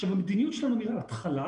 המדיניות שלנו מההתחלה